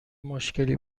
مشکلی